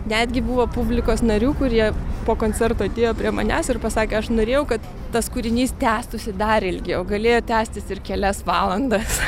netgi buvo publikos narių kurie po koncerto atėjo prie manęs ir pasakė aš norėjau kad tas kūrinys tęstųsi dar ilgiau galėjo tęstis ir kelias valandas